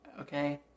Okay